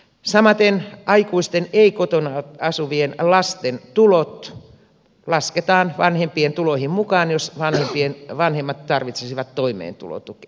samaten aikuisten ei kotona asuvien lasten tulot lasketaan vanhempien tuloihin mukaan jos vanhemmat tarvitsisivat toimeentulotukea